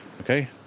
Okay